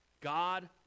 God